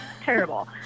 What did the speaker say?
terrible